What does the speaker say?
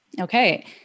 Okay